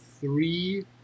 three